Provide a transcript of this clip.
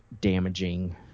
damaging